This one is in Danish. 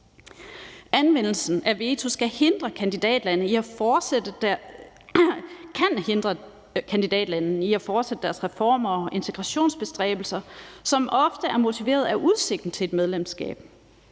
Anvendelsen af veto kan hindre kandidatlande i at fortsætte deres reformer og integrationsbestræbelser, som ofte er motiveret af udsigten til et medlemskab.